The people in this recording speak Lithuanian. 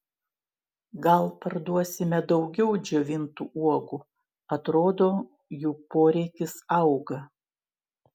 gal parduosime daugiau džiovintų uogų atrodo jų poreikis auga